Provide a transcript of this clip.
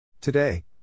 Today